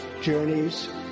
journeys